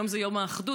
היום זה יום האחדות,